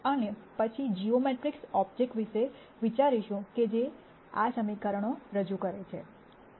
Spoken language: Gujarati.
અને પછી જીઓમેટ્રિક્સ ઓબ્જેક્ટસ વિષે વિચારશું કે જે આ સમીકરણો રજૂ કરે છે